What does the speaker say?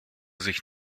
sich